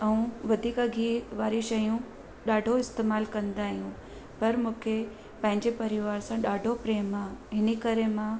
ऐं वधीक गिह वारी शयूं ॾाढो इस्तेमालु कंदा आहियूं पर मूंखे पंहिंजे परिवार सां ॾाढो प्रेम आहे हिन करे मां